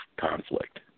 conflict